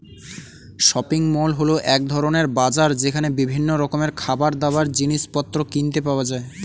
shopping mall হল এক ধরণের বাজার যেখানে বিভিন্ন রকমের খাবারদাবার, জিনিসপত্র কিনতে পাওয়া যায়